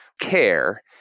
care